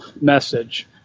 message